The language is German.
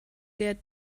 der